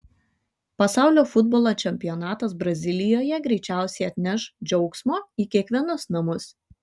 pasaulio futbolo čempionatas brazilijoje greičiausiai atneš džiaugsmo į kiekvienus namus